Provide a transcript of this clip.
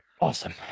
Awesome